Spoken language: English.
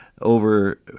over